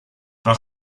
par